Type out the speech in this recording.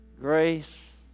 grace